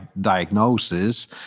diagnosis